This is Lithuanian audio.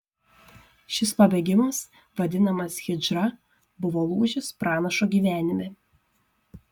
šis pabėgimas vadinamas hidžra buvo lūžis pranašo gyvenime